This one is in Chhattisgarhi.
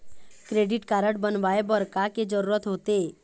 क्रेडिट कारड बनवाए बर का के जरूरत होते?